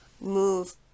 move